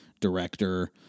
director